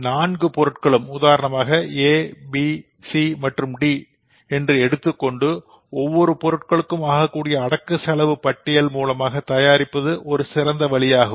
நான்கு பொருட்களும் A B C D ABCD என்று எடுத்துக் கொண்டு ஒவ்வொரு பொருட்களுக்கும் ஆகக்கூடிய செலவை அடக்கச் செலவுப் பட்டியல் மூலமாக தயாரிப்பது ஒரு சிறந்த வழியாகும்